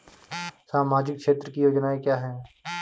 सामाजिक क्षेत्र की योजनाएँ क्या हैं?